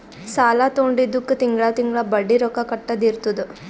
ಸಾಲಾ ತೊಂಡಿದ್ದುಕ್ ತಿಂಗಳಾ ತಿಂಗಳಾ ಬಡ್ಡಿ ರೊಕ್ಕಾ ಕಟ್ಟದ್ ಇರ್ತುದ್